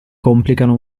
complicano